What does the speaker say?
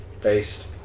based